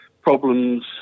problems